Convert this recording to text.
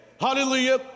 hallelujah